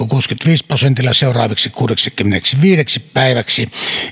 kuudellakymmenelläviidellä prosentilla seuraavaksi kuudeksikymmeneksiviideksi päiväksi